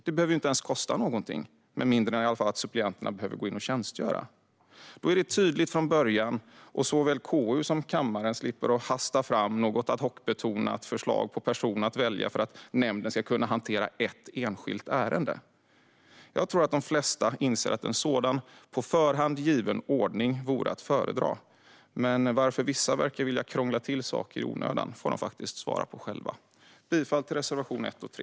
Det behöver inte ens kosta någonting om inte suppleanterna behöver gå in och tjänstgöra. Då är det tydligt från början, och såväl KU som kammaren slipper hasta fram något ad hoc-betonat förslag på person att välja för att nämnden ska kunna hantera ett enskilt ärende. Jag tror att de flesta inser att en sådan på förhand given ordning vore att föredra. Varför vissa verkar vilja krångla till saker i onödan får de faktiskt svara på själva. Jag yrkar bifall till reservationerna 1 och 3.